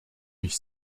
mich